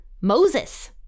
Moses